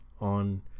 on